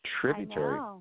Tributary